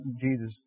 Jesus